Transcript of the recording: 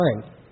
time